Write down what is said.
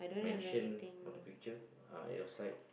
mention on the picture uh at your side